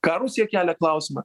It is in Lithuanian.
ką rusija kelia klausimą